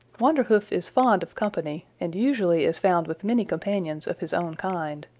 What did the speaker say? wanderhoof is fond of company and usually is found with many companions of his own kind.